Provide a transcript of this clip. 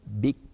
big